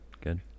Good